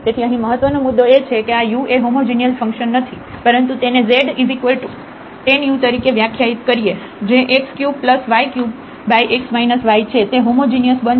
તેથી અહીં મહત્વનો મુદ્દો એ છે કે આ u એ હોમોજિનિયસ ફંક્શન નથી પરંતુ તેને z tan u તરીકે વ્યાખ્યાયિત કરીએ જે x3y3x y છે તે હોમોજિનિયસ બનશે